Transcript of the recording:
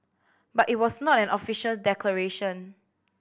but it was not an official declaration